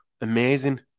amazing